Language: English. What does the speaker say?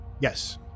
Yes